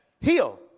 Heal